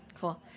Cool